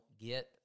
get